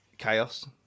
chaos